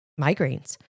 migraines